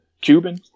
Cuban